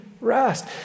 rest